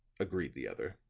agreed the other.